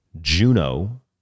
Juno